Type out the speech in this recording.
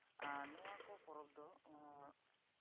ᱟᱨ ᱱᱚᱣᱟ ᱠᱚ ᱯᱚᱨᱚᱵᱽ ᱫᱚ